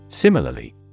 Similarly